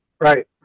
Right